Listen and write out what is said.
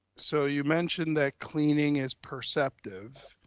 so you mentioned that cleaning is perceptive.